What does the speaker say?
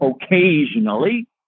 occasionally